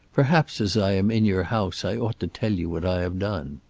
perhaps as i am in your house i ought to tell you what i have done.